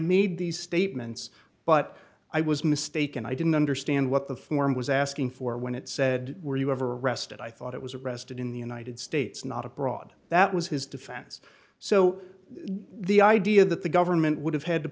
made these statements but i was mistaken i didn't understand what the form was asking for when it said were you ever arrested i thought it was arrested in the united states not abroad that was his defense so the idea that the government would have had to